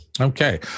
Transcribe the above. Okay